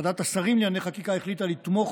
ועדת השרים לענייני חקיקה החליטה לתמוך